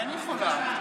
ביקשתי להתנגד.